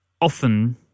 often